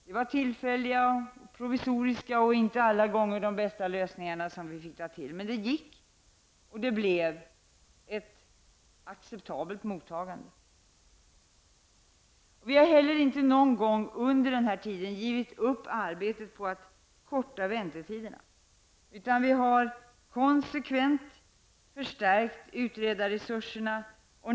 Det var tillfälliga, provisoriska och inte alla gånger de bästa lösningarna som vi fick ta till. Det gick och det blev ett acceptabelt mottagande. Vi har heller inte någon gång under den här tiden givit upp arbetet på att korta väntetiderna, utan vi har konsekvent förstärkt utredarresurserna.